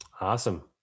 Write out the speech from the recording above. Awesome